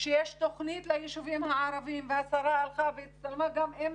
שיש תכנית לישובים הערבים והשרה הלכה והצטלמה גם עם